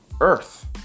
earth